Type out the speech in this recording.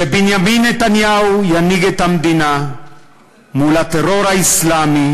שבנימין נתניהו ינהיג את המדינה מול הטרור האסלאמי